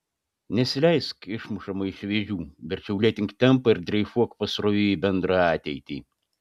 nesileisk išmušama iš vėžių verčiau lėtink tempą ir dreifuok pasroviui į bendrą ateitį